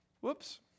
Whoops